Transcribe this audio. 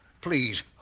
Please